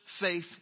faith